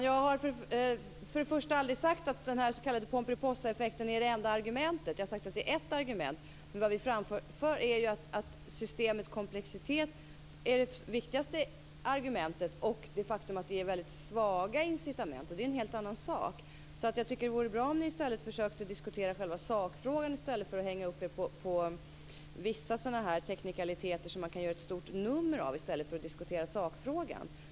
Fru talman! Jag har aldrig sagt att den s.k. Pomperipossaeffekten är det enda argumentet. Jag har sagt att det är ett argument. Vad vi framför är att systemets komplexitet är det viktigaste argumentet och det faktum att det är väldigt svaga incitament. Det är en helt annan sak. Jag tycker att det vore bra om ni försökte diskutera själva sakfrågan i stället för att hänga upp er på vissa teknikaliteter som man kan göra ett stort nummer av.